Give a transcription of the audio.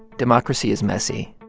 democracy is messy.